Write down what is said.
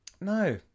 No